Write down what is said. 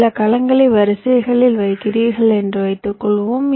சில கலங்களை வரிசைகளில் வைக்கிறீர்கள் என்று வைத்துக்கொள்வோம்